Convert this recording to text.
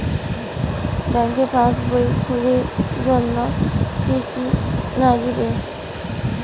ব্যাঙ্কের পাসবই খুলির জন্যে কি কি নাগিবে?